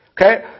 Okay